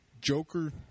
Joker